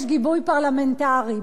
יש גיבוי פרלמנטרי.